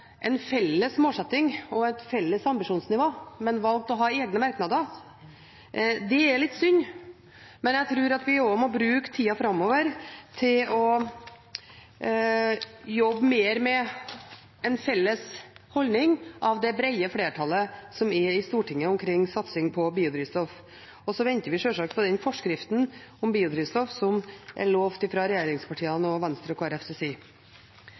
en felles målsetting og et felles ambisjonsnivå i forbindelse med statsbudsjettet, men valgte å ha egne merknader. Det er litt synd, men jeg tror at vi må bruke tida framover til å jobbe mer med en felles holdning hos det brede flertallet som er i Stortinget omkring satsing på biodrivstoff. Og så venter vi sjølsagt på den forskriften om biodrivstoff som er lovt fra regjeringspartiene, Venstre og Kristelig Folkepartis side.